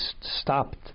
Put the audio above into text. stopped